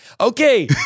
Okay